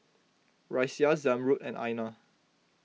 Raisya Zamrud and Aina